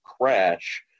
crash